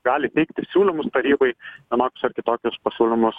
gali teikti siūlymus tarybai vienokius ar kitokius pasiūlymus